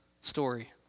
story